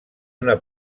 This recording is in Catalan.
una